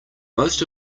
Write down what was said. most